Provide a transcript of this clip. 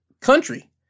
country